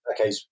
okay